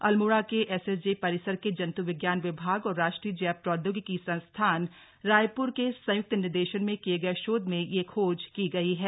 अल्मोड़ा के एसएसजे परिसर के जंत्विज्ञान विभाग और राष्ट्रीय जैव प्रौद्योगिकी संस्थान रायप्र के संय्क्त निर्देशन में किये गए शोध में यह खोज की गई है